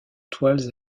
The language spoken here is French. toiles